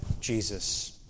Jesus